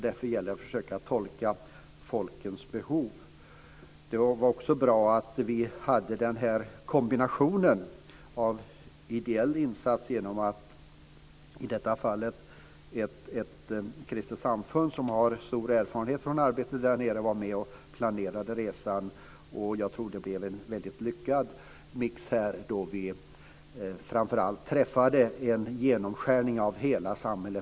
Därför gäller det att försöka tolka folkens behov. Det var också bra att vi hade kombinationen med en ideell insats, i det här fallet genom ett kristet samfund som har stor erfarenhet från arbete där nere och som var med och planerade resan. Jag tror att det blev en väldigt lyckad mix, framför allt därför att vi träffade en genomskärning av hela samhället.